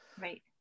Right